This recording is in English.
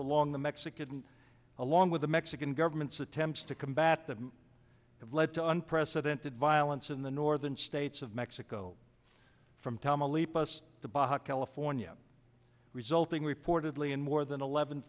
along the mexican along with the mexican government's attempts to combat them have led to unprecedented violence in the northern states of mexico from tama leap us to baja california resulting reportedly in more than eleven